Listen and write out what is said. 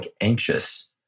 anxious